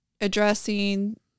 addressing